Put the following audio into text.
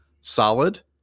solid